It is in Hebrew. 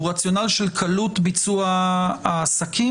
הוא רציונל של קלות ביצוע העסקים?